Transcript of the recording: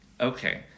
Okay